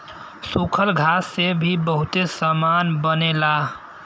सूखल घास से भी बहुते सामान बनेला